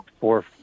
four